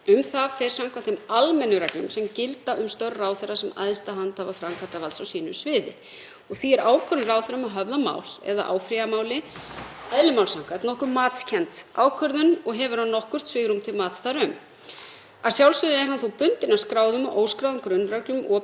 eða áfrýja máli eðli máls samkvæmt nokkuð matskennd ákvörðun og hefur hann nokkurt svigrúm til mats þar um. Að sjálfsögðu er hann þó bundinn af skráðum og óskráðum grunnreglum opinbers réttar, þar á meðal meginreglum stjórnsýsluréttar, og vil ég þá vitna til réttmætisreglunnar sem felur í sér að allar ákvarðanir og athafnir stjórnvalda þurfa að vera málefnalegar.